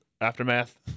Aftermath